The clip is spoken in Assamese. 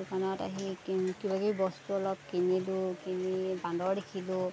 দোকানত আহি কিবা কিবি বস্তু অলপ কিনিলোঁ কিনি বান্দৰ দেখিলোঁ